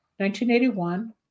1981